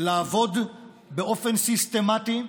לעבוד באופן סיסטמטי.